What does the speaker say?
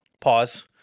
pause